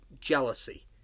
jealousy